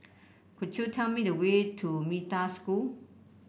could you tell me the way to Metta School